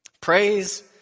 Praise